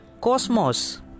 cosmos